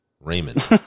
Raymond